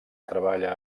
treballa